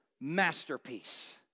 masterpiece